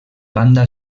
banda